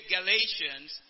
Galatians